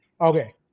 Okay